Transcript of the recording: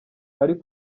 ari